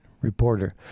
reporter